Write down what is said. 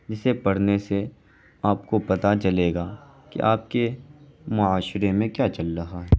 جسے پڑھنے سے آپ کو پتا چلے گا کہ آپ کے معاشرے میں کیا چل رہا ہے